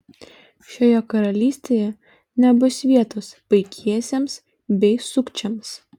šioje karalystėje nebus vietos paikiesiems bei sukčiams